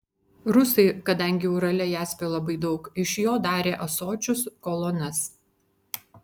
rusai kadangi urale jaspio labai daug iš jo darė ąsočius kolonas